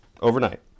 overnight